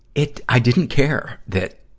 it, i didn't care that,